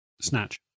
Snatch